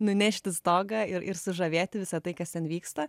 nunešti stogą ir ir sužavėti visa tai kas ten vyksta